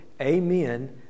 Amen